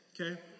okay